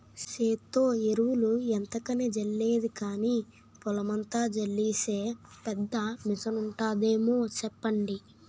సేత్తో ఎరువులు ఎంతకని జల్లేది గానీ, పొలమంతా జల్లీసే పెద్ద మిసనుంటాదేమో సెప్పండి?